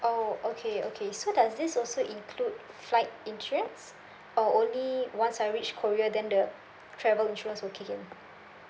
oh okay okay so does this also include flight insurance or only once I reach korea then the travel insurance will kick in